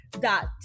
dot